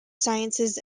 sciences